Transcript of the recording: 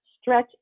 stretch